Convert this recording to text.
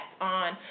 on